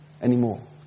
anymore